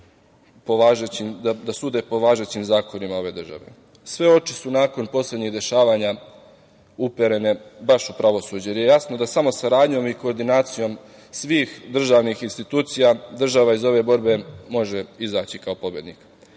da sude po važećim zakonima ove države. Sve oči su nakon poslednjih dešavanja uperene baš u pravosuđe, jer je jasno da samo saradnjom i koordinacijom svih državnih institucija država iz ove borbe može izaći kao pobednik.